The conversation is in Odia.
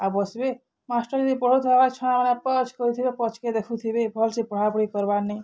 ଆଉ ବସ୍ବେ ମାଷ୍ଟର୍ ଯଦି ପଢ଼ୁଥିବା ଛୁଆମାନେ ପଛ କରୁଥିବେ ପଛକେ ଦେଖୁଥିବେ ଭଲ୍ ସେ ପଢାପଢ଼ି କର୍ବାର୍ ନାଇଁ